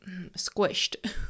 squished